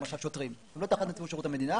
למשל שוטרים, הם לא תחת נציבות שירות המדינה.